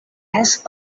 has